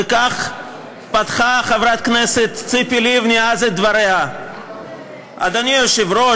וכך פתחה חברת הכנסת ציפי לבני אז את דבריה: "אדוני היושב-ראש,